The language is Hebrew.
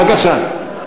בבקשה.